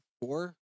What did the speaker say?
four